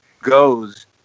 Goes